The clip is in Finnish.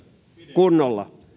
kunnolla